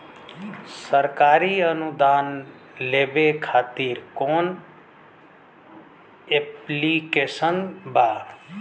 सरकारी अनुदान लेबे खातिर कवन ऐप्लिकेशन बा?